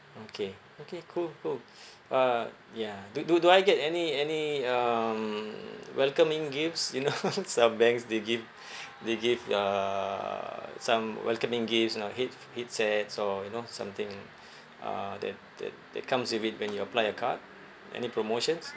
okay okay cool cool uh ya do do do I get any any um welcoming gifts you know some banks they give they give uh some welcoming gifts you know head~ f~ headsets or you know something uh that that that comes with it when you apply a card any promotions